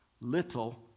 Little